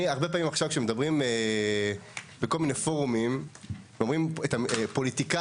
אני הרבה פעמים עכשיו כשמדברים בכל מיני פורומים ואומרים פוליטיקאים,